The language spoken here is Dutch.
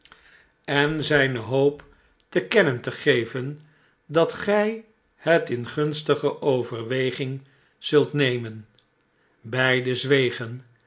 en zijne hoop te kennen te geven dat gij het in gunstige overweging zult nemen beiden zwegen